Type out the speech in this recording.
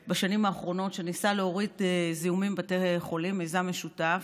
שניסה להוריד זיהומים בבתי חולים, מיזם משותף,